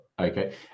Okay